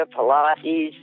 Pilates